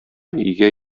өйгә